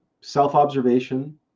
Self-observation